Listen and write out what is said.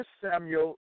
Samuel